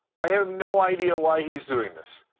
i have no idea why he's doing this.